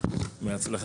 הישיבה ננעלה